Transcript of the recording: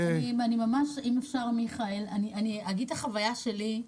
אומר את החוויה שלי.